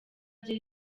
rye